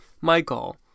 Michael